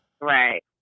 Right